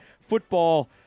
Football